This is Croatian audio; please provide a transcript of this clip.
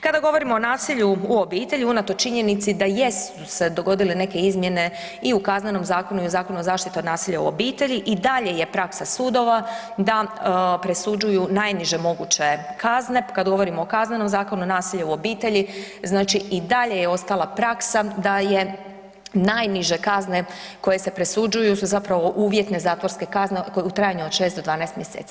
Kada govorimo o nasilju u obitelji, unatoč činjenici da jesu se dogodile neke izmjene i u Kaznenom zakonu i Zakonu o zaštiti od nasilja u obitelji, i dalje praksa sudova da presuđuju najniže moguće kazne, kad govorimo o Kaznenom zakonu nasilja u obitelji, znači i dalje je ostala praksa da je najniže kazne koje se presuđuju su zapravo uvjetne zatvorske kazne u trajanju od 6 do 12 mjeseci.